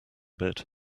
bit